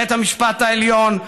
בית המשפט העליון,